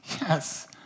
yes